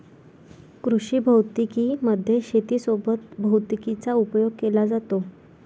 कृषी भौतिकी मध्ये शेती सोबत भैतिकीचा उपयोग केला जातो